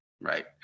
right